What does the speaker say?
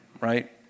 Right